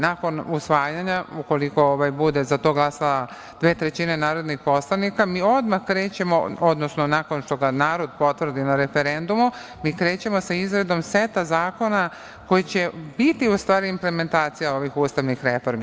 Nakon usvajanja, ukoliko za to bude glasalo dve trećine narodnih poslanika, mi odmah krećemo, odnosno nakon što ga narod potvrdi na referendumu, mi krećemo sa izradom seta zakona koji će biti u stvari implementacija ovih ustavnih reformi.